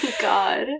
God